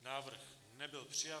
Návrh nebyl přijat.